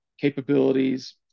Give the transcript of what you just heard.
capabilities